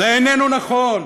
זה איננו נכון,